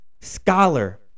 scholar